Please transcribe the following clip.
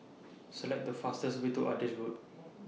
Select The fastest Way to Adis Road